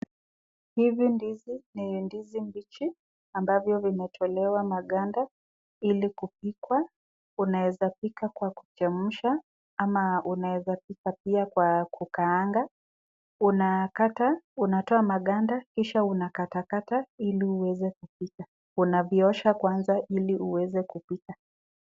Hizi ndizi ni ndizi mbichi ambayo zimetolewa maganda ili kupikwa, unawezapikwa kwa kuchemsha ama unaweza pika pia kwa kukaanga. Unatoa maganda tena unazikatakata ili uweze kupika. Unaviosha kwanza kabla kupika.